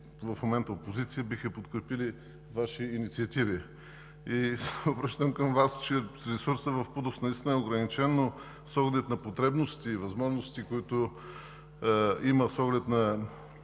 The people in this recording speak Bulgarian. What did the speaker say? в момента опозиция, биха подкрепили Ваши инициативи. Обръщам се към Вас – ресурсът в ПУДООС наистина е ограничен, но с оглед на потребностите и възможностите, които има, с оглед на